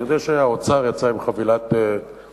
אני יודע שהאוצר יצא עם חבילת צעדים,